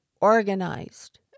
organized